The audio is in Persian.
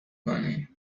کنی